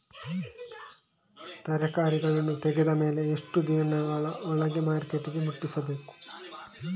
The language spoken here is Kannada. ತರಕಾರಿಗಳನ್ನು ತೆಗೆದ ಮೇಲೆ ಎಷ್ಟು ದಿನಗಳ ಒಳಗೆ ಮಾರ್ಕೆಟಿಗೆ ಮುಟ್ಟಿಸಬೇಕು?